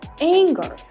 anger